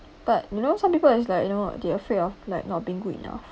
but you know some people is like you know they're afraid of like not being good enough